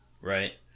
Right